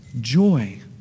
Joy